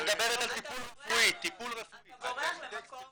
אתה בורח למקום